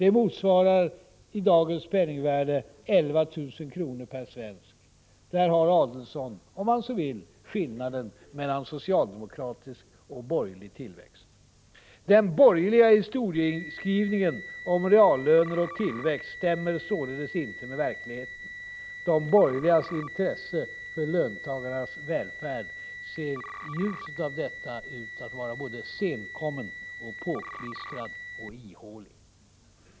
Det motsvarar i dagens penningvärde 11 000 kr. per svensk. Där har Adelsohn, om han så vill, skillnaden mellan socialdemokratisk och borgerlig tillväxt. Den borgerliga historieskrivningen om reallöner och tillväxt stämmer således inte med verkligheten. De borgerligas intresse för löntagarnas välfärd ser i ljuset av detta ut att vara både senkommet, påklistrat och ihåligt.